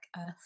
earth